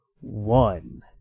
one